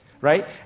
right